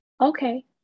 Okay